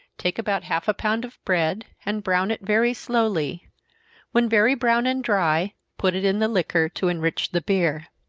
take about half a pound of bread, and brown it very slowly when very brown and dry, put it in the liquor, to enrich the beer.